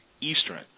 Eastern